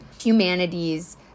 humanities